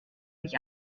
mich